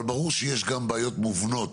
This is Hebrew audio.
אבל ברור שיש גם בעיות מובנות